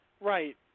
Right